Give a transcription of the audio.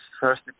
first